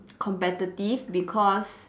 competitive because